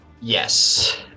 Yes